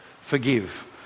forgive